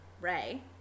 Ray